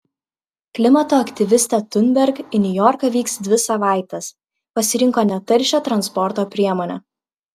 klimato aktyvistė thunberg į niujorką vyks dvi savaites pasirinko netaršią transporto priemonę